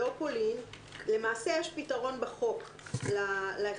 לא פולין למעשה יש פתרון בחוק להחזר.